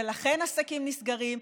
לכן עסקים נסגרים,